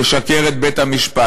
לשקר לבית-המשפט.